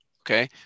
Okay